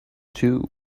too